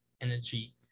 energy